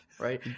right